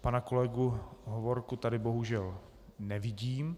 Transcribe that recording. Pana kolegu Hovorku tady bohužel nevidím.